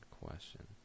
question